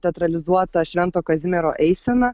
teatralizuota švento kazimiero eisena